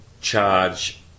charge